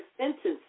sentences